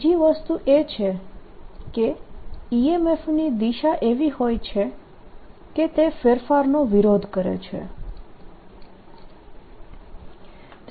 બીજી વસ્તુ એ છે કે EMF ની દિશા એવી હોય છે કે તે ફેરફારનો વિરોધ કરે છે